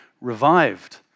revived